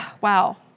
wow